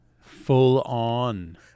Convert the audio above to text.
Full-on